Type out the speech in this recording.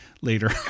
later